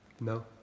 No